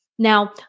Now